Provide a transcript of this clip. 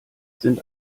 sind